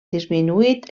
disminuït